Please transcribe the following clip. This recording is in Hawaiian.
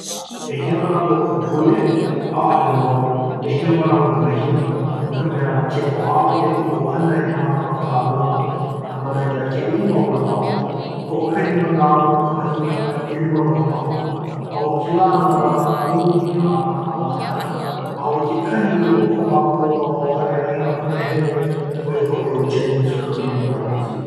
ʻehia manawa o ka pule!? ʻaʻale loa. ʻehia manawa o ka mahina. no ka mea, ke hoʻāʻo nei kuʻu ʻohana e mālama kālā, no laila kēia mau lā? hoʻokahi manawa o ka mahina ʻelua nō paha. a o kēlā no nā lā nui a no nā hanana. a o kekahi o ko mākou mau hale ʻāina punahele ʻoia hoʻi ʻo gens korean barbeque.